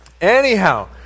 Anyhow